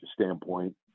standpoint